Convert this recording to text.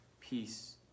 Peace